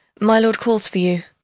my lord calls for you.